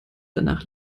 danach